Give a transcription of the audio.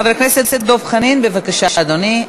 חבר הכנסת דב חנין, בבקשה, אדוני.